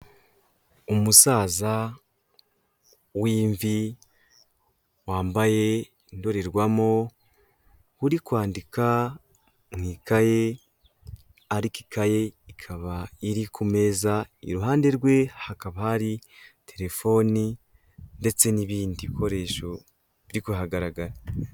Umusaza w'imvi wambaye indorerwamo uri kwandika mu ikaye ariko ikaye ikaba iri ku meza, iruhande rwe hakaba hari telefoni ndetse n'ibindi bikoresho biri kuhagaragara.